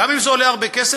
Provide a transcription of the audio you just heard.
גם אם זה עולה הרבה כסף,